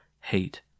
HATE